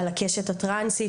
על הקשת הטרנסית,